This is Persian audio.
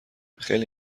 خیلی